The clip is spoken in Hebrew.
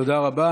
תודה רבה.